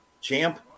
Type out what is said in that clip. Champ